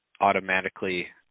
automatically